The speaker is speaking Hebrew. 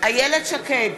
איילת שקד,